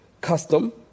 custom